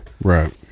Right